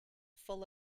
full